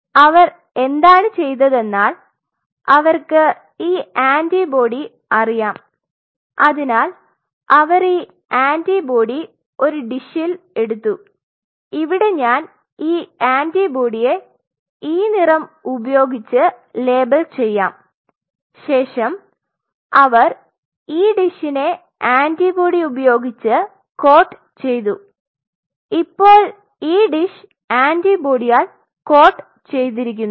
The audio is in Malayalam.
അപ്പോൾ അവർ എന്താണ് ചെയ്തതെന്നാൽ അവർക് ഈ ആന്റിബോഡി അറിയാം അതിനാൽ അവർ ഈ ആന്റിബോഡി ഒരു ഡിഷിൽ എടുത്തു ഇവിടെ ഞാൻ ഈ ആന്റിബോഡിയെ ഈ നിറം ഉപയോഗികിച്ച് ലേബൽ ചെയാം ശേഷം അവർ ഈ ഡിഷിനെ ആന്റിബോഡി ഉപയോഗിച്ച് കോട്ട് ചെയ്തു ഇപ്പോൾ ഈ ഡിഷ് ആന്റിബോഡിയാൽ കോട്ട് ചെയ്തിരിക്കുന്നു